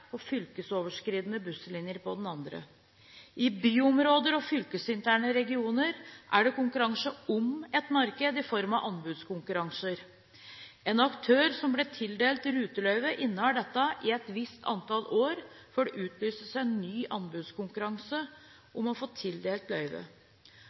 og fylkesoverskridende busslinjer på den annen. I byområder og fylkesinterne regioner er det konkurranse om et marked i form av anbudskonkurranser. En aktør som blir tildelt ruteløyve, innehar dette i et visst antall år før det utlyses en ny anbudskonkurranse